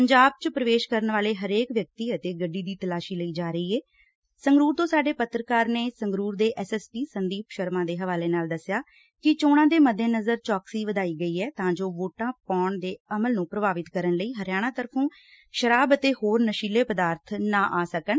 ਪੰਜਾਬ ਚ ਪ੍ਰਵੇਸ਼ ਕਰਨ ਵਾਲੇ ਹਰੇਕ ਵਿਅਕਤੀ ਅਤੇ ਗੱਡੀ ਦੀ ਤਲਾਸ਼ੀ ਲਈ ਜਾ ਰਹੀ ਏ ਸੰਗਰੁਰ ਤੋਂ ਸਾਡੇ ਪੱਤਰਕਾਰ ਨੇ ਸੰਗਰੁਰ ਦੇ S S P Sandeep Sharma ਦੇ ਹਵਾਲੇ ਨਾਲ ਦਸਿਆ ਕਿ ਚੋਣਾ ਦੇ ਮੱਦੇਨਜ਼ਰ ਚੋਕਸੀ ਵਧਾਈ ਗਈ ਐ ਤਾਂ ਜੋ ਵੋਟਾ ਪਾਉਣ ਦੇ ਅਮਲ ਨੂੰ ਪ੍ਰਭਾਵਿਤ ਕਰਨ ਲਈ ਹਰਿਆਣਾ ਵੱਲੋਂ ਸ਼ਰਾਬ ਅਤੇ ਹੋਰ ਨਸ਼ੀਲੇ ਪਦਾਰਥ ਨਾ ਆ ਸਕਣ